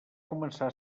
començar